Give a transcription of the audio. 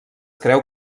creu